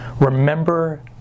Remember